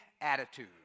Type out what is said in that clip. attitude